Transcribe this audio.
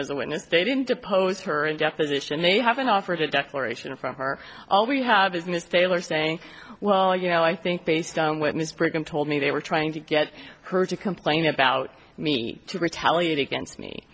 as a witness they didn't depose her and deposition they haven't offered a declaration from her all we have is miss taylor saying well you know i think based on witness program told me they were trying to get her to comply you know about me to retaliate against me